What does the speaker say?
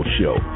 show